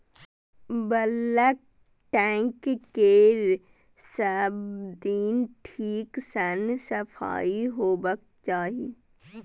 bulk tank केर सब दिन ठीक सं सफाइ होबाक चाही